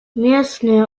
местные